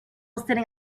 sitting